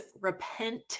repent